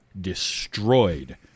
destroyed